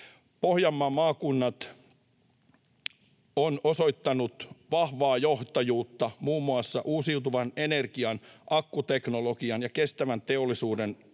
Pohjanmaan maakunnat ovat osoittaneet vahvaa johtajuutta muun muassa uusiutuvan energian, akkuteknologian ja kestävän teollisuuden ratkaisuissa.